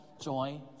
joy